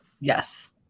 yes